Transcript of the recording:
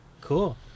Cool